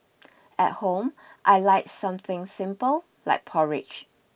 at home I like something simple like porridge